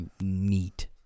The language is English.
neat